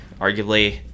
arguably